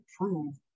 prove